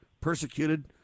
persecuted